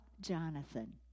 Jonathan